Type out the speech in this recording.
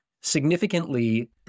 significantly